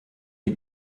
die